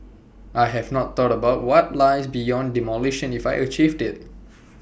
I have not thought about what lies beyond demolition if I achieve IT